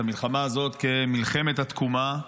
את המלחמה הזאת כמלחמת התקומה.